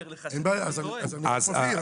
אני אומר לך --- אני לא אכנס איתך לוויכוח.